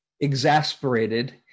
exasperated